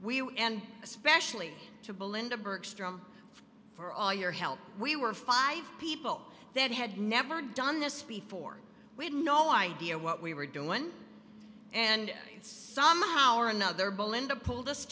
and especially to belinda bergstrom for all your help we were five people that had never done this before we had no idea what we were doing when and somehow or another belinda pulled us